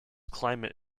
climate